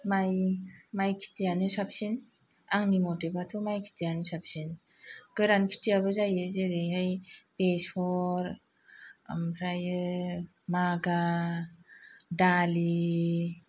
माय खिथियानो साबसिन आंनि मथेबाथ' माय खिथियानो साबसिन गोरान खिथियाबो जायो जेरैहाय बेसर ओमफ्रायो मागा दालि